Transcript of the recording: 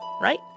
right